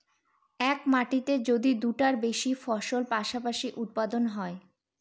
এক মাটিতে যদি দুইটার বেশি ফসল পাশাপাশি উৎপাদন হয়